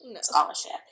scholarship